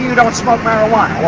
smoke marijuana